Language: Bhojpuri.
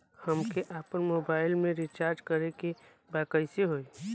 हमके आपन मोबाइल मे रिचार्ज करे के बा कैसे होई?